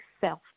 self